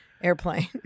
Airplane